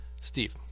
steve